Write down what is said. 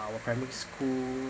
our primary school